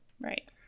Right